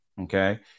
Okay